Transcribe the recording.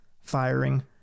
firing